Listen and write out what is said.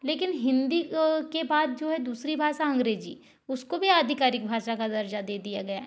लेकिन हिंदी के बाद जो है दूसरी भाषा अंग्रेजी उसको भी आधिकारिक भाषा का दर्जा दे दिया गया है